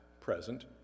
present